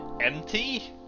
empty